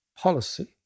Policy